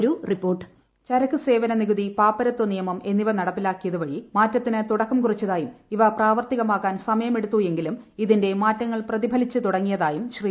ഒരു റിപ്പോർട്ട് ചരക്ക് സേവന നികുതി പ്ലാപ്പര്ത്യ നിയമം എന്നിവ നടപ്പിലാക്കിയത് വഴി മാറ്റത്തിന് തുടക്കം ക്രുറിച്ചതായും ഇവ പ്രാവർത്തികമാകാൻ സമയമെടുത്തു എങ്കിലും ഇതിന്റെ മാറ്റങ്ങൾ പ്രതിഫലിച്ച് തുടങ്ങിയതായും ശ്രീ